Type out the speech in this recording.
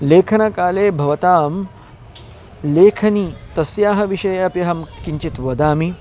लेखनकाले भवतां लेखनी तस्याः विषये अपि अहं किञ्चित् वदामि